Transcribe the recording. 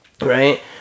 right